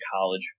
college